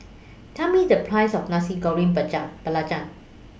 Tell Me The Price of Nasi Goreng